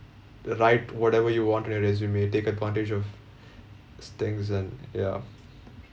write whatever you want in your resume take advantage of s~ things and ya